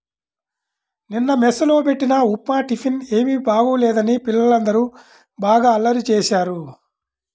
నిన్న మెస్ లో బెట్టిన ఉప్మా టిఫిన్ ఏమీ బాగోలేదని పిల్లలందరూ బాగా అల్లరి చేశారు